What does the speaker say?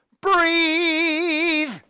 breathe